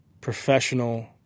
professional